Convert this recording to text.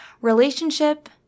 relationship